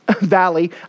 valley